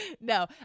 no